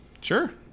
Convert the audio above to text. Sure